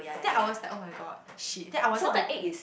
then I was like [oh]-my-god shit then I wanted to